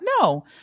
No